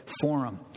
forum